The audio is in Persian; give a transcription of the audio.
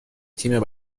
تیم